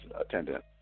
attendance